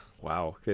Wow